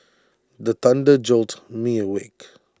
the thunder jolt me awake